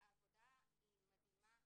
אני חושבת שהעבודה היא מדהימה